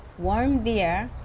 warm beer,